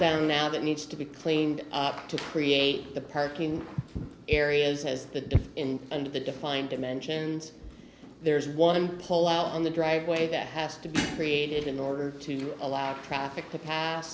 are now that needs to be cleaned up to create the parking areas has the in and of the defined dimensions there's one pole out on the driveway that has to be created in order to allow traffic to pas